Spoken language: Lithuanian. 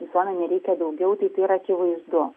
visuomenei reikia daugiau tai tai yra akivaizdu